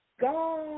God